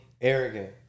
arrogant